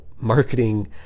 marketing